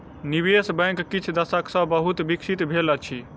निवेश बैंक किछ दशक सॅ बहुत विकसित भेल अछि